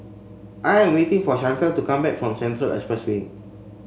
I am waiting for Shantel to come back from Central Expressway